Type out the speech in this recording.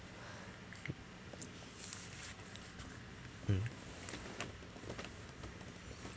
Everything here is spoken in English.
mm